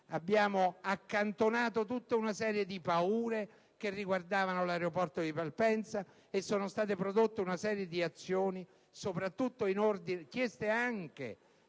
Abbiamo accantonato tutta una serie di paure che riguardavano l'aeroporto di Malpensa e sono state prodotte una serie di azioni, chieste anche